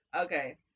Okay